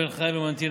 בן חיים ומנטינה,